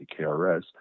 KRS